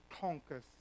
conquers